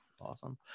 awesome